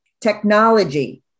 Technology